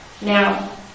Now